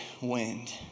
Wind